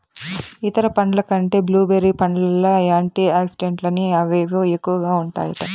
ఇతర పండ్ల కంటే బ్లూ బెర్రీ పండ్లల్ల యాంటీ ఆక్సిడెంట్లని అవేవో ఎక్కువగా ఉంటాయట